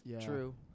true